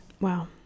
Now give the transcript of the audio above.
Wow